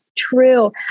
True